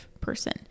person